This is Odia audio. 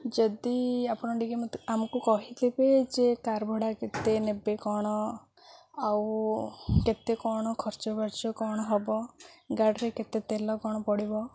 ଯଦି ଆପଣ ଟିକିଏ ମୋତେ ଆମକୁ କହିଥେିବେ ଯେ କାର୍ ଭଡ଼ା କେତେ ନେବେ କ'ଣ ଆଉ କେତେ କ'ଣ ଖର୍ଚ୍ଚ ବାର୍ଚ୍ଚ କ'ଣ ହେବ ଗାଡ଼ିରେ କେତେ ତେଲ କ'ଣ ପଡ଼ିବ